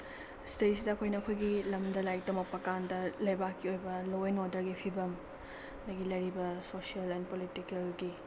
ꯁꯤꯗꯩꯁꯤꯗ ꯑꯩꯈꯣꯏꯅ ꯑꯩꯈꯣꯏꯒꯤ ꯂꯝꯗ ꯂꯥꯏꯔꯤꯛ ꯇꯝꯃꯛꯄꯀꯥꯟꯗ ꯂꯩꯕꯥꯛꯀꯤ ꯑꯣꯏꯕ ꯂꯣ ꯑꯦꯟ ꯑꯣꯔꯗ꯭ꯔꯒꯤ ꯐꯤꯚꯝ ꯑꯗꯒꯤ ꯂꯩꯔꯤꯕ ꯁꯣꯁꯤꯌꯦꯜ ꯑꯦꯟ ꯄꯣꯂꯤꯇꯤꯀꯦꯜꯒꯤ